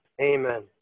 Amen